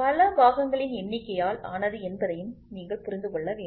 பல பாகங்களின் எண்ணிக்கையால் ஆனது என்பதையும் நீங்கள் புரிந்து கொள்ள வேண்டும்